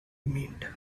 remained